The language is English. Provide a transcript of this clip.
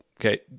okay